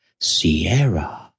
Sierra